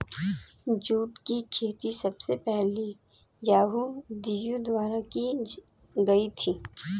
jute की खेती सबसे पहले यहूदियों द्वारा की गयी थी